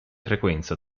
frequenza